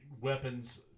weapons